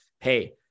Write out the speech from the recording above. Hey